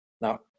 Now